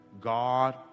God